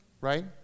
right